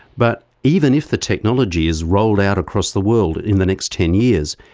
but even if the technology is rolled out across the world, in the next ten years,